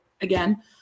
again